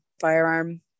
firearm